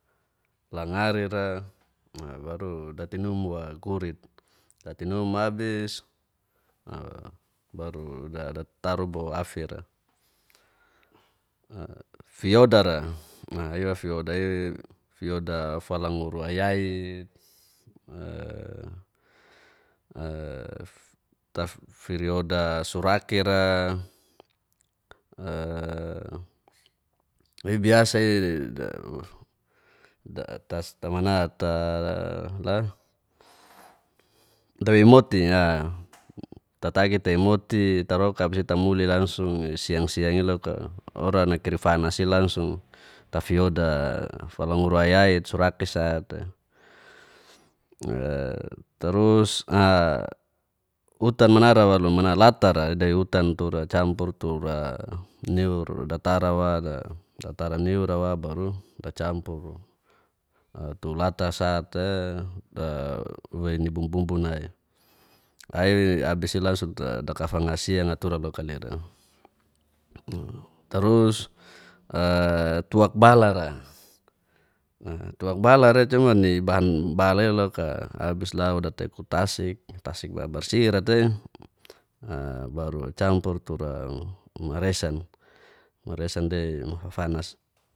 Langara ira waru datinumwa gurit datinum abis baru dataru buaa'fira. fiodara fioda falangur aiyait tafirioda surakir'a datastamanata la dawimoti'ila tatagi te moti tarokat abis'i tamuli langsung siang-siang'i loka orana kirifanasi langsung tafioda falangur aiyait surakitsa te. tarus utan manara walu mana lat'ara dai utan turak campur tura niur datarawa la datara niura wa baru dacampur, tulatasa te waini bumbumbu nai abis'i langsung te dakafangasia natura loka la ira. Tarus tuakbalara, tuakbalara cuma nibahan loka abis lau dataikutasik tasik babarsira te baru campor tura maresan, maresan de